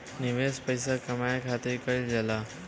निवेश पइसा कमाए खातिर कइल जाला